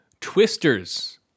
Twisters